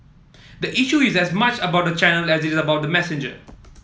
the issue is as much about the channel as it's about the messenger